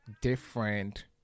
different